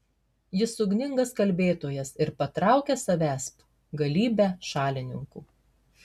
jis ugningas kalbėtojas ir patraukia savęsp galybę šalininkų